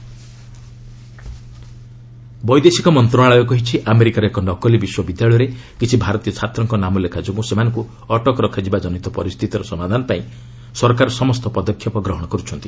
MEA students ବୈଦେଶିକ ମନ୍ତ୍ରଣାଳୟ କହିଛି ଆମେରିକାର ଏକ ନକଲି ବିଶ୍ୱବିଦ୍ୟାଳୟରେ କିଛି ଭାରତୀୟ ଛାତ୍ରଙ୍କ ନାମ ଲେଖା ଯୋଗୁଁ ସେମାନଙ୍କୁ ଅଟକ ରଖାଯିବା କ୍ଜନିତ ପରିସ୍ଥିତିର ସମାଧାନ ପାଇଁ ସରକାର ସମସ୍ତ ପଦକ୍ଷେପ ଗ୍ରହଣ କର୍ରଛନ୍ତି